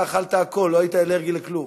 אתה אכלת הכול ולא היית אלרגי לכלום.